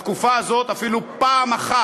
בתקופה הזאת אפילו פעם אחת,